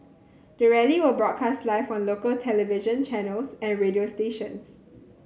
the rally will be broadcast live on local television channels and radio stations